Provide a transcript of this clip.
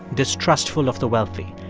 distrustful of the wealthy,